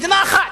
מדינה אחת.